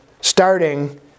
starting